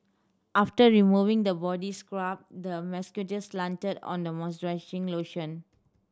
after removing the body scrub the masseur slathered on the moisturizing lotion